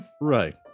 Right